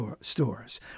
stores